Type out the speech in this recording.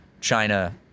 China